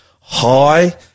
High